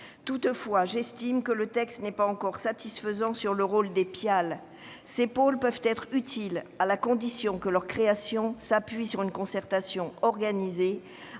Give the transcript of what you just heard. Toutefois, j'estime que le texte n'est pas encore satisfaisant sur les PIAL. Ces pôles peuvent être utiles, à la condition que leur création résulte d'une concertation organisée